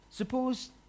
Suppose